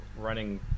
running